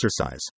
exercise